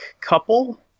couple